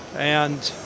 and